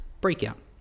breakout